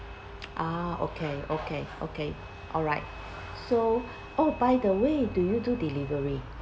ah okay okay okay alright so oh by the way do you do delivery